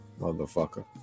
motherfucker